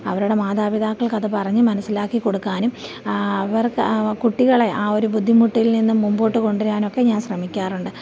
അവരുടെ മാതാപിതാക്കൾക്കത് പറഞ്ഞു മനസ്സിലാക്കി കൊടുക്കാനും അവർക്ക് കുട്ടികളെ ആ ഒരു ബുദ്ധിമുട്ടിൽ നിന്നും മുമ്പോട്ട് കൊണ്ടുവരാനൊക്കെ ഞാൻ ശ്രമിക്കാറുണ്ട്